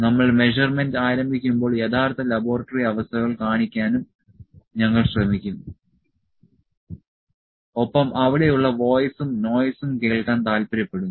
നമ്മൾ മെഷർമെൻറ് ആരംഭിക്കുമ്പോൾ യഥാർത്ഥ ലബോറട്ടറി അവസ്ഥകൾ കാണിക്കാനും ഞങ്ങൾ ശ്രമിക്കും ഒപ്പം അവിടെയുള്ള വോയിസും നോയിസും കേൾക്കാൻ താൽപര്യപ്പെടുന്നു